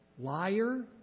Liar